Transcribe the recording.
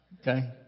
Okay